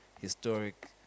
historic